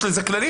יש לזה כללים,